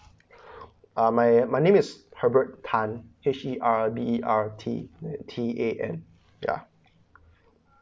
uh my name is herbert tan H_E_R_B_E_R_T_T_A_N ya